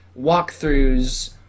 walkthroughs